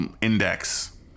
Index